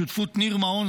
שותפות ניר מעון,